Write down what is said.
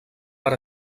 per